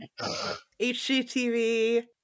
HGTV